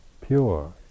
pure